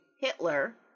Hitler